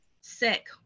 sick